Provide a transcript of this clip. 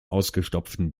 ausgestopften